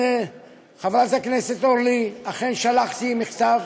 חברת הכנסת אורלי, אכן שלחתי מכתב